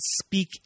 speak